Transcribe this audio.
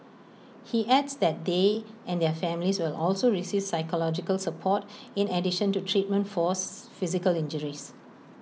he adds that they and their families will also receive psychological support in addition to treatment force physical injuries